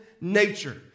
nature